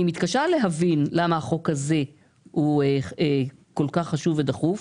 אני מתקשה למה החוק הזה הוא כל כך חשוב ודחוף.